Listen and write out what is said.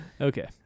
Okay